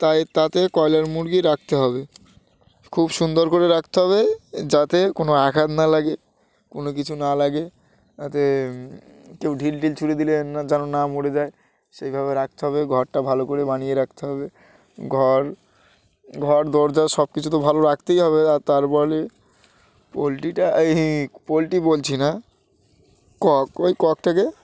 তাই তাতে ব্রয়লার মুরগি রাখতে হবে খুব সুন্দর করে রাখতে হবে যাতে কোনো আঘাত না লাগে কোনো কিছু না লাগে যাতে কেউ ঢিল টিল ছুঁড়ি দিলে না যেন না মরে যায় সেইভাবে রাখতে হবে ঘরটা ভালো করে বানিয়ে রাখতে হবে ঘর ঘর দরজা সব কিছু তো ভালো রাখতেই হবে আর তারপলে পোলট্রিটা এই পোলট্রি বলছি না কক ওই ককটাকে